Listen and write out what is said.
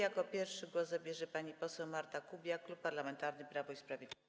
Jako pierwsza głos zabierze pani poseł Marta Kubiak, Klub Parlamentarny Prawo i Sprawiedliwość.